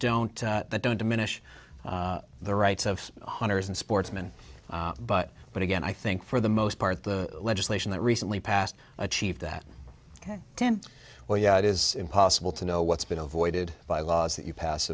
tactics that don't diminish the rights of hunters and sportsmen but but again i think for the most part the legislation that recently passed achieved that ok ten well yeah it is impossible to know what's been avoided by laws that you pass